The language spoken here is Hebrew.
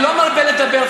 אני לא מרבה לדבר,